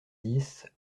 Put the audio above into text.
dix